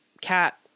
cat